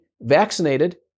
vaccinated